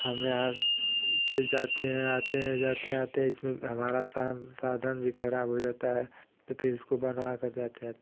हमें आ ते जाते हैं आते हैं जाते हैं आते हैं इसमें हमारा साम साधन भी खराब हो जाता है तो फिर इसको बनवाकर जाते आत